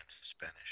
Spanish